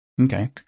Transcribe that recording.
Okay